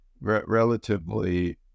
relatively